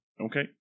Okay